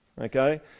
Okay